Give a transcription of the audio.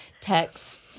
text